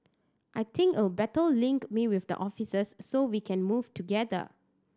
I think better link me with the officers so we can move together